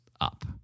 up